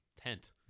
tent